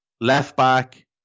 Left-back